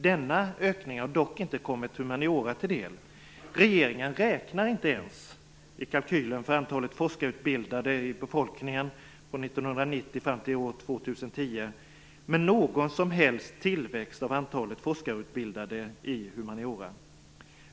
Denna ökning har dock inte kommit humaniora till del. Regeringen räknar inte ens i kalkylen för antalet forskarutbildade i befolkningen från 1990 fram till år 2010 med någon som helst tillväxt av antalet forskarutbildade i humaniora.